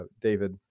David